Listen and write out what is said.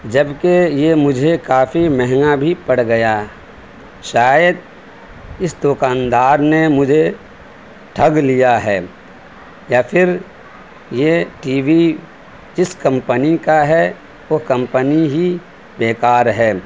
جبکہ یہ مجھے کافی مہنگا بھی پڑ گیا شاید اس دکاندار نے مجھے ٹھگ لیا ہے یا پھر یہ ٹی وی جس کمپنی کا ہے وہ کمپنی ہی بیکار ہے